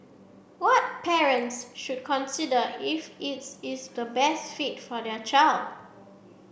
what parents should consider if is is the best fit for their child